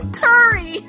curry